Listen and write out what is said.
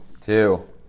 two